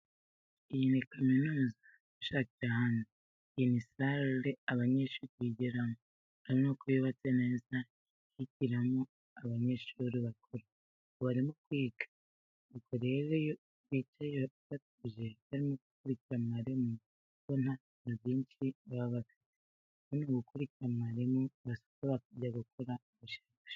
Iyi ni kaminuza ntushakire ahandi. Iyi ni sare abanyeshuri bigiramo, urabona ko yubatse neza nk'iyigiramo abanyeshuri bakuru, ubu barimo kwiga. Ubwo ureba bicaye batuje barimo gukurikira mwarimu bo nta bintu byinshi baba bafite, bo ni ugukurikira mwarimu basoza bakajya gukora ubushakashatsi.